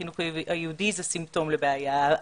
החינוך היהודי זה סימפטום לבעיה,